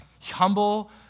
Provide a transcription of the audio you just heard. humble